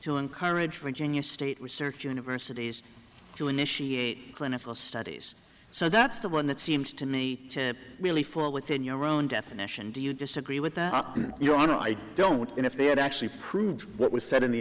to encourage virginia state research universities to initiate clinical studies so that's the one that seems to me to really fall within your own definition do you disagree with that your honor i don't know if they had actually proved what was